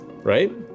right